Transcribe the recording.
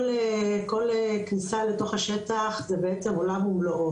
כל כניסה לתוך השטח זה בעצם עולם ומלואו